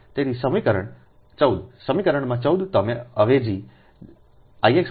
તેથી સમીકરણ 14સમીકરણમાં 14 તમે અવેજી જ Ix X2 r2